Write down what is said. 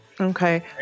Okay